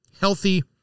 healthy